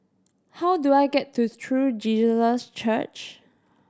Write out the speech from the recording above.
how do I get to True Jesus Church